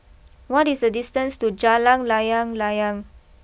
what is the distance to Jalan Layang Layang